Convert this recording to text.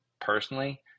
personally